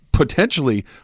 potentially